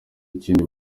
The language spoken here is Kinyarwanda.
ikindi